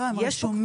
לא, הם רשומים.